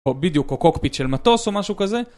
או בדיוק או קוקפיט של מטוס או משהו כזה